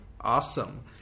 Awesome